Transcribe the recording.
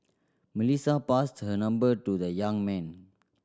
Melissa passed her number to the young man